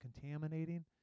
contaminating